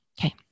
Okay